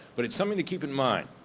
but it's something to keep in mind.